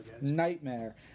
Nightmare